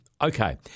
Okay